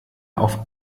auf